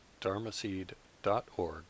dharmaseed.org